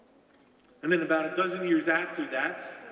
and then about a dozen years after that,